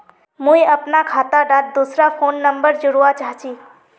मुई अपना खाता डात दूसरा फोन नंबर जोड़वा चाहची?